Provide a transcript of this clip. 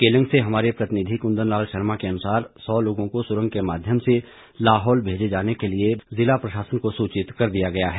केलंग से हमारे प्रतिनिधि कुंदन लाल शर्मा के अनुसार सौ लोगों को सुरंग के माध्यम से लाहौल भेजे जाने को लिए जिला प्रशासन को सूचित कर दिया गया है